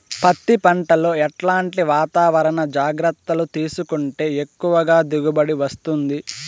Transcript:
పత్తి పంట లో ఎట్లాంటి వాతావరణ జాగ్రత్తలు తీసుకుంటే ఎక్కువగా దిగుబడి వస్తుంది?